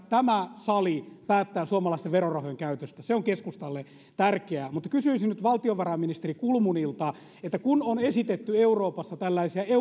tämä sali päättää suomalaisten verorahojen käytöstä se on keskustalle tärkeää kysyisin nyt valtiovarainministeri kulmunilta kun on esitetty euroopassa tällaisia